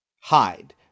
hide